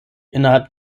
innerhalb